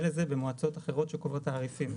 לזה במועצות אחרות שקובעות תעריפים.